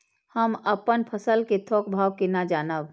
हम अपन फसल कै थौक भाव केना जानब?